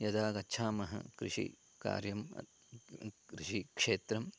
यदा गच्छामः कृषिकार्यं न कृषिक्षेत्रं